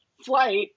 flight